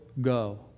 go